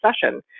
session